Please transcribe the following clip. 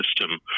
system